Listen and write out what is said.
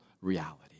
reality